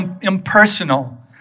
impersonal